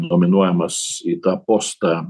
nominuojamas į tą postą